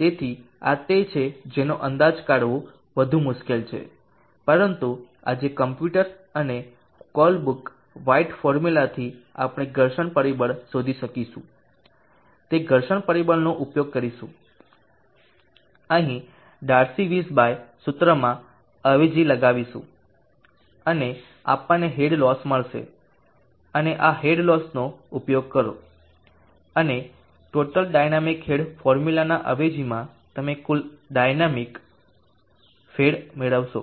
તેથી આ તે છે જેનો અંદાજ કાઢવા વધુ મુશ્કેલ છે પરંતુ આજે કમ્પ્યુટર અને કોલબ્રુક વ્હાઇટ ફોર્મ્યુલાથી આપણે ઘર્ષણ પરિબળ શોધી શકીશું તે ઘર્ષણ પરિબળનો ઉપયોગ કરીશું અહીં ડાર્સી વીઝબચ સૂત્રમાં અવેજી લગાવીશું અને આપણને હેડ લોસ્સ મળશે અને આ હેડ લોસનો ઉપયોગ કરો અને ટોટલ ડાયનામિક હેડ ફોર્મ્યુલાના અવેજીમાં તમે કુલ ડાયનામિક હેડ મેળવશો